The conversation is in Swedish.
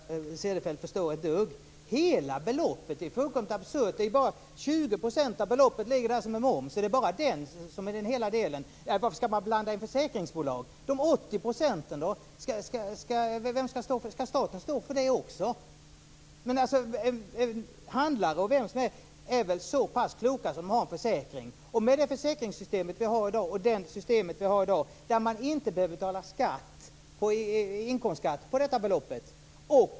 Fru talman! Nu förstår jag att inte Margareta Cederfelt förstår ett dugg. Hon talar om hela beloppet; det är fullkomligt absurt. Det är bara 20 % av beloppet som är moms. Är det bara den som är hela delen? Varför ska man blanda in försäkringsbolag? Ska staten stå för de 80 procenten också? Handlare och vilka som helst är väl så pass kloka att de har en försäkring. Vi har ett försäkringssystem i dag och ett system i dag där man inte behöver betala inkomstskatt på detta belopp.